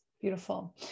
Beautiful